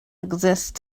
exist